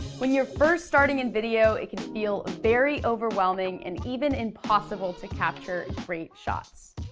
when you're first starting in video, it can feel very overwhelming, and even impossible to capture great shots.